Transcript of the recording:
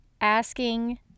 asking